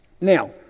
Now